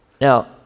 Now